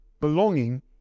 Belonging